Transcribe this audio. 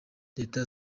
leta